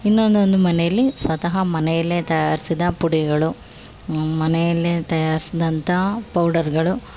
ಇನ್ನೊಂದೊಂದು ಮನೆಯಲ್ಲಿ ಸ್ವತಃ ಮನೆಯಲ್ಲೇ ತಯಾರಿಸಿದ ಪುಡಿಗಳು ಮನೆಯಲ್ಲೇ ತಯಾರಿಸಿದಂಥ ಪೌಡರುಗಳು